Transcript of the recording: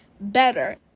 better